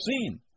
seen